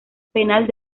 penal